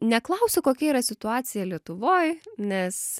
neklausiu kokia yra situacija lietuvoj nes